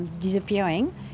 disappearing